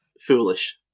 foolish